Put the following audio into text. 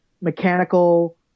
mechanical